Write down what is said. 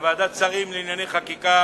לוועדת שרים לענייני חקיקה